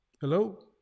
Hello